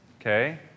okay